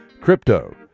Crypto